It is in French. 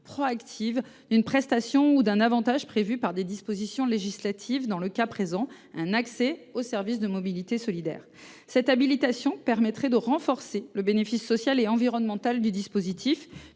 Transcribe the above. proactive d’une prestation ou d’un avantage prévus par les dispositions législatives offrant accès aux services de mobilité solidaires. Cette habilitation permettrait de renforcer le bénéfice social et environnemental du dispositif,